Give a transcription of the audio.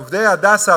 שעובדי "הדסה",